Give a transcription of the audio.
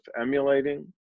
emulating